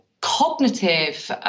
cognitive